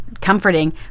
comforting